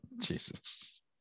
Jesus